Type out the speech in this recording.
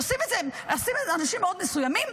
אנשים מאוד מסוימים.